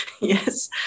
yes